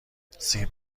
سیب